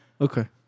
Okay